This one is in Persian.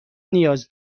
نیاز